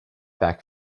back